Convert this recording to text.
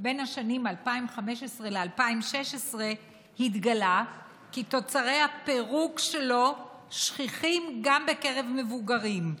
בשנים 2015 2016 התגלה כי תוצרי הפירוק שלו שכיחים גם בקרב מבוגרים.